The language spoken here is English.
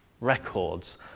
records